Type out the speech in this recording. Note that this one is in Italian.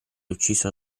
ucciso